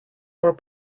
more